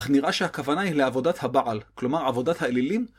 אך נראה שהכוונה היא לעבודת הבעל, כלומר עבודת האלילים.